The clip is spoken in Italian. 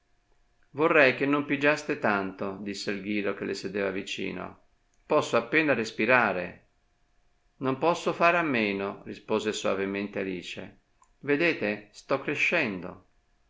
vorrei che non pigiaste tanto disse il ghiro che le sedeva vicino posso appena respirare non posso fare a meno rispose soavemente alice vedete stò crescendo